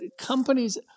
companies